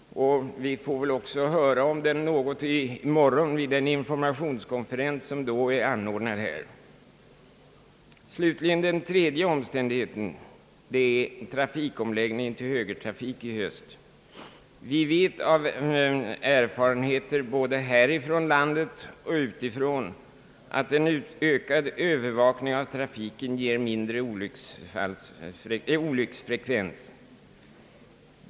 Vi får väl också höra något om den i morgon vid den informationskonferens som är anordnad här i riksdagshuset. Den tredje omständigheten slutligen är omläggningen till högertrafik i höst. Vi vet av erfarenheter både härifrån landet och utifrån att en ökad övervakning av trafiken ger lägre olycksfallsfrekvens.